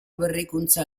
berrikuntza